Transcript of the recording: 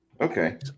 Okay